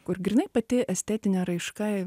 kur grynai pati estetinė raiška